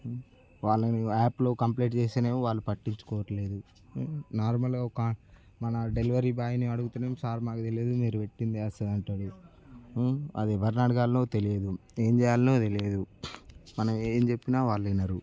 వాళ్ళని యాప్లో కంప్లైంట్ చేస్తేనేమో వాళ్ళు పట్టించుకోవట్లేదు నార్మల్ కా మన డెలివరీ బాయ్ని అడిగితేనేమో సార్ నాకు తెలియదు మీరు పెట్టింది అదే కదా సార్ అంటాడు అది ఎవరిని అడగాలనో ఏం చేయాలనో తెలియదు మనం ఏం చెప్పినా వాళ్ళు వినరు